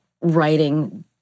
writing